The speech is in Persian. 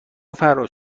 فرهاد